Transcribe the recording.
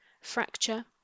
fracture